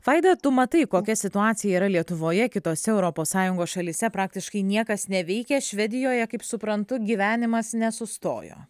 vaida tu matai kokia situacija yra lietuvoje kitose europos sąjungos šalyse praktiškai niekas neveikia švedijoje kaip suprantu gyvenimas nesustojo